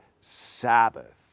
Sabbath